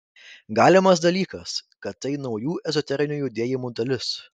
galimas dalykas kad tai naujų ezoterinių judėjimų dalis